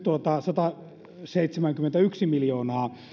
sataseitsemänkymmentäyksi miljoonaa